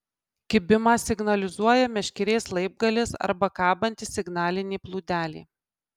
kibimą signalizuoja meškerės laibgalis arba kabanti signalinė plūdelė